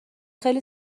خیلی